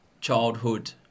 childhood